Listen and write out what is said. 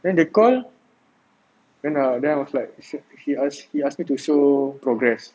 then they call then err then I was like he he ask me to show progress